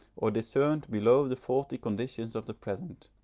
or discerned below the faulty conditions of the present,